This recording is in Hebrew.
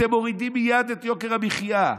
אתם מורידים מייד את יוקר המחיה,